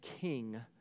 king